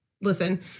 listen